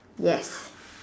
yes